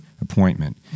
appointment